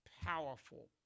powerful